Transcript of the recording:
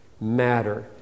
matter